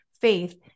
faith